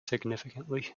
significantly